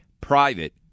private